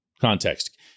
context